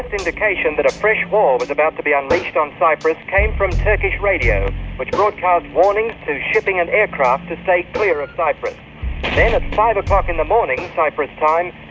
indication that a fresh war was about to be unleashed on cyprus came from turkish radio which broadcast warnings to shipping and aircraft to stay clear of cyprus. then at five o'clock in the morning cyprus time,